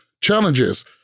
challenges